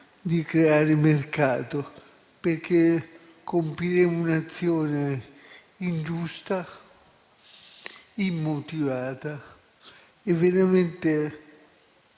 di creare un mercato, perché compiremmo un'azione ingiusta, immotivata e veramente